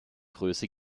größe